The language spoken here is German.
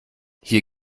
hier